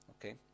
Okay